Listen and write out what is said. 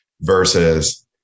versus